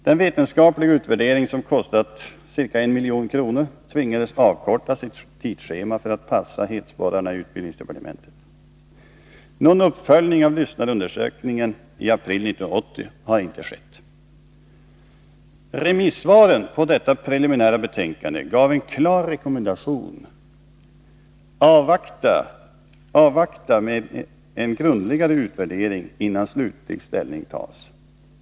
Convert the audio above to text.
Den vetenskapliga utvärderingen som kostat ca 1 milj.kr. tvingades avkorta sitt tidsschema för att passa hetsporrarna i utbildningsdepartementet. Någon uppföljning av lyssnarundersökningen i april 1980 har inte skett. Remissvaren på det preliminära betänkandet gav en klar rekommendation: avvakta en grundligare utvärdering, innan slutlig ställning tas.